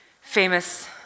Famous